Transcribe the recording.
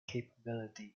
capability